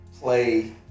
play